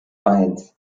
eins